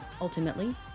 ultimately